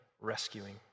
rescuing